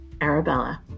Arabella